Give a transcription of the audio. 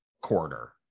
quarter